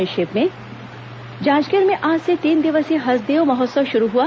संक्षिप्त समाचार जांजगीर में आज से तीन दिवसीय हसदेव महोत्सव शुरू हुआ